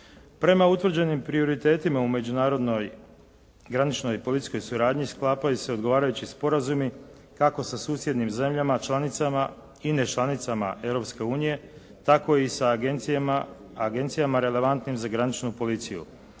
Prema utvrđenim prioritetima u međunarodnoj graničnoj policijskoj suradnji sklapaju se odgovarajući sporazumi kako sa susjednim zemljama članicama i nečlanicama Europske unije tako i sa agencijama relevantnim za graničnu policiju,